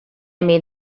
made